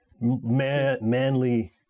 manly